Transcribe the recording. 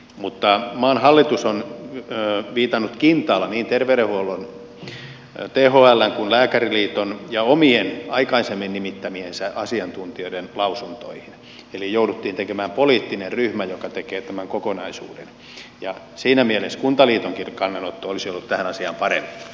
mutta maan hallitus on viitannut kintaalla niin terveydenhuollon thln kuin lääkäriliiton ja omien aikaisemmin nimittämiensä asiantuntijoiden lausunnoille eli jouduttiin tekemään poliittinen ryhmä joka tekee tämän kokonaisuuden ja siinä mielessä kuntaliitonkin kannanotto olisi ollut tähän asiaan parempi